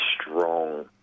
strong